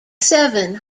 seven